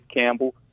Campbell